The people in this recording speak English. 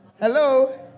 Hello